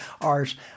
art